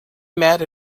met